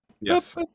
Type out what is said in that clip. Yes